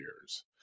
years